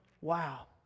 Wow